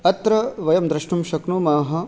अत्र वयं द्रष्टुं शक्नुमः